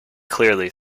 clearly